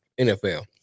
NFL